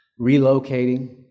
relocating